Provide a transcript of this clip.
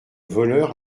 voleur